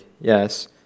yes